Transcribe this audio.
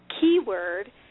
keyword